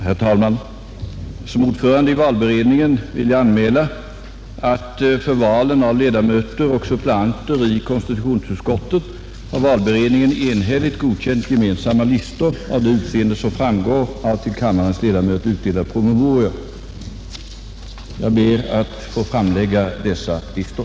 Herr talman! För valen av ledamöter och suppleanter i konstitutionsutskottet har valberedningen enhälligt godkänt gemensamma listor av det utseende som framgår av till kammarens ledamöter utdelad promemoria. Såsom ordförande i valberedningen ber jag att få framlägga dessa listor.